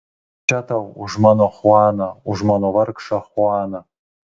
čia tau už mano chuaną už mano vargšą chuaną